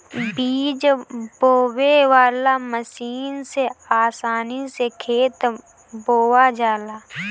बीज बोवे वाला मशीन से आसानी से खेत बोवा जाला